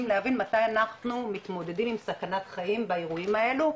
להבין מתי אנחנו מתמודדים עם סכנת חיים באירועים האלה.